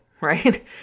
right